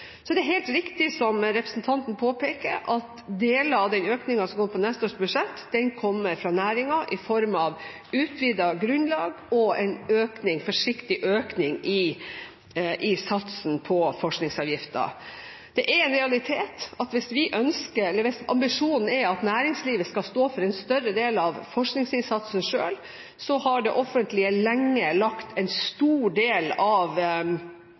er helt riktig som representanten påpeker, at deler av den økningen som kommer på neste års budsjett, kommer fra næringen i form av utvidet grunnlag og en forsiktig økning i satsen på forskningsavgiften. Det er en realitet at hvis ambisjonen er at næringslivet skal stå for en større del av forskningsinnsatsen selv, så har det offentlige lenge lagt